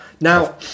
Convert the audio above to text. Now